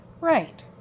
Right